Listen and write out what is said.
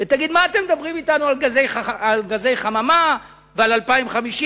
שתגיד: מה אתם מדברים אתנו על גזי חממה ועל 2050,